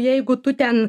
jeigu tu ten